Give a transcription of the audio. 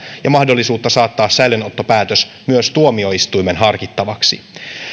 ja mahdollisuutta saattaa säilöönottopäätös myös tuomioistuimen harkittavaksi